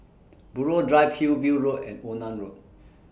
Buroh Drive Hillview Road and Onan Road